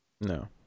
No